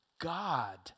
God